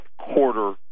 quarter